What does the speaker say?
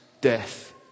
death